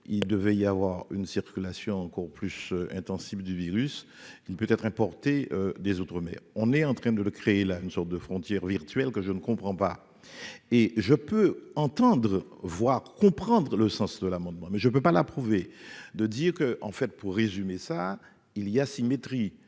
il devait y avoir une circulation, encore plus intensive du virus, il ne peut être importé des outre-mer. On est en train de le créer là une sorte de frontière virtuelle que je ne comprends pas, et je peux entendre, voir, comprendre le sens de l'amendement, mais je ne peux pas l'approuver, de dire que, en fait, pour résumer ça il y a asymétrie